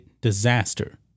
disaster